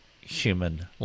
human